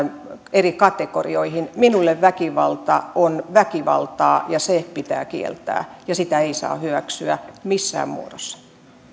eri kategorioihin minulle väkivalta on väkivaltaa ja se pitää kieltää ja sitä ei saa hyväksyä missään muodossa